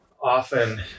often